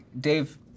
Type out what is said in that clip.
Dave